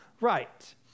right